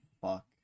fuck